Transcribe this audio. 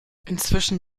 inzwischen